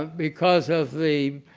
because of the